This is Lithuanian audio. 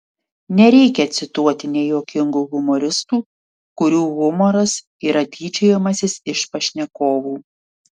nereikia cituoti nejuokingų humoristų kurių humoras yra tyčiojimasis iš pašnekovų